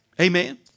Amen